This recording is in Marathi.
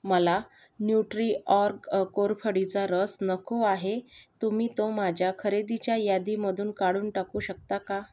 मला न्यूट्रिऑर्ग अ कोरफडीचा रस नको आहे तुम्ही तो माझ्या खरेदीच्या यादीमधून काढून टाकू शकता का